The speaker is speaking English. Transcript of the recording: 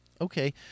Okay